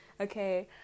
okay